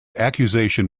accusation